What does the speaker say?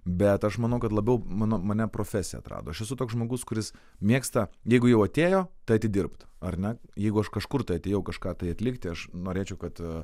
bet aš manau kad labiau mano mane profesija atrado aš esu toks žmogus kuris mėgsta jeigu jau atėjo tai atidirbt ar ne jeigu aš kažkur tai atėjau kažką tai atlikti aš norėčiau kad